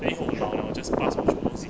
then 以后我老 liao 我 just pass 我 children 东西